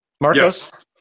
Marcos